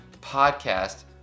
podcast